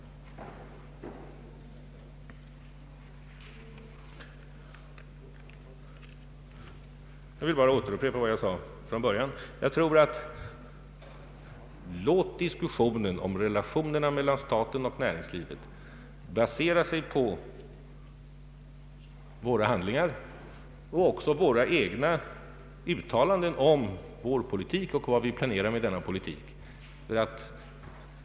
Jag vill endast upprepa vad jag sade från början: Låt diskussionen om relationerna mellan staten och näringslivet basera sig på våra handlingar och våra egna uttalanden om vår politik och vad vi planerar med denna politik.